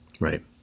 right